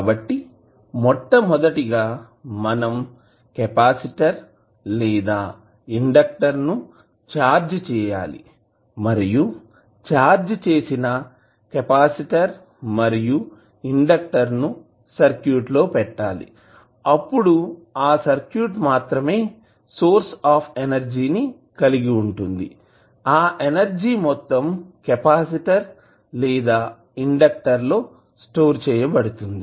కాబట్టి మొట్టమొదటిగా మనం కెపాసిటర్ లేదా ఇండెక్టర్ ను ఛార్జ్ చెయ్యాలి మరియు ఛార్జ్ చేసిన కెపాసిటర్ మరియు ఇండెక్టర్ ను సర్క్యూట్ లో పెట్టాలి అప్పుడు ఆ సర్క్యూట్ మాత్రమే సోర్స్ అఫ్ ఎనర్జీ ని కలిగి ఉంటుంది ఆఎనర్జీ మొత్తం కెపాసిటర్ లేదా ఇండెక్టర్ లో స్టోర్ చేయబడుతుంది